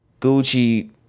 Gucci